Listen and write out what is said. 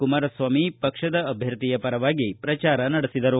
ಕುಮಾರಸ್ವಾಮಿ ಪಕ್ಷದ ಅಭ್ಯರ್ಥಿಯ ಪರವಾಗಿ ಪ್ರಚಾರ ನಡೆಸಿದರು